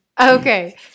Okay